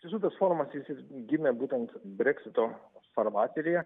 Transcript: tai žinot tas formas jis ir gimė būtent breksito farvateryje